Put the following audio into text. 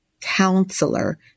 counselor